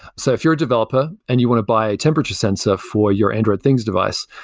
so if you're a developer and you want to buy a temperature sensor for your android things device,